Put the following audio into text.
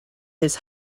his